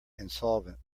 insolvent